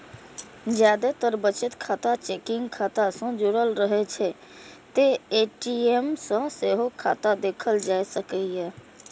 जादेतर बचत खाता चेकिंग खाता सं जुड़ रहै छै, तें ए.टी.एम सं सेहो खाता देखल जा सकैए